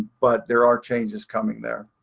but there are changes coming there.